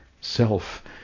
self